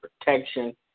protection